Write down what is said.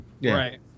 Right